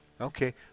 Okay